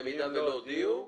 במידה ולא הודיעו,